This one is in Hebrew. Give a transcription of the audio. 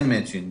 אין מצ'ינג,